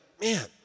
man